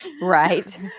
right